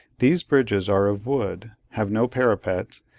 these bridges are of wood, have no parapet,